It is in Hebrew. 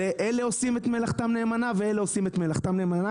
אלה עושים את מלאכתם נאמנה ואלה עושים את מלאכתם נאמנה,